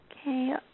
Okay